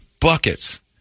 buckets